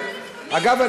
אגב,